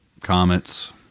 comets